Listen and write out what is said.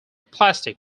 plastic